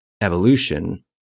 evolution